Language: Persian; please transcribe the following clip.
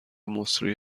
مسری